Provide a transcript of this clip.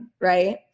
right